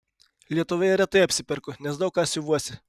lietuvoje retai apsiperku nes daug ką siuvuosi